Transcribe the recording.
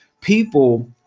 people